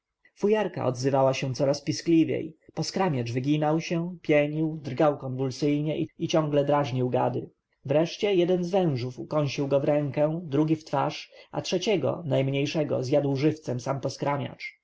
fujarka odzywała się coraz piskliwiej poskramiacz wyginał się pienił drgał konwulsyjnie i ciągle drażnił gady wreszcie jeden z wężów ukąsił go w rękę drugi w twarz a trzeciego najmniejszego zjadł żywcem sam poskramiacz